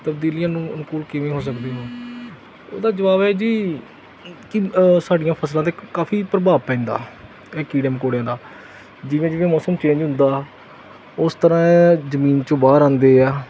ਤਬਦੀਲੀ ਨੂੰ ਅਨਕੂਲ ਕਿਵੇਂ ਹੋ ਸਕਦੇ ਓ ਉਹਦਾ ਜਵਾਬ ਹੈ ਜੀ ਕੀ ਸਾਡੀਆਂ ਫਸਲਾਂ ਤੇ ਕਾਫੀ ਪ੍ਰਭਾਵ ਪੈਂਦਾ ਕੀੜੇ ਮਕੌੜਿਆਂ ਦਾ ਜਿਵੇਂ ਜਿਵੇਂ ਮੌਸਮ ਚੇਂਜ ਹੁੰਦਾ ਉਸ ਤਰ੍ਹਾਂ ਜਮੀਨ ਚੋਂ ਬਾਹਰ ਆਉਂਦੇ ਆ